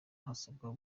hasabwa